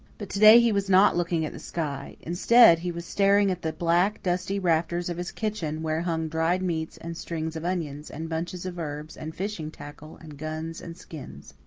but to-day he was not looking at the sky, instead, he was staring at the black, dusty rafters of his kitchen, where hung dried meats and strings of onions and bunches of herbs and fishing tackle and guns and skins.